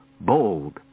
bold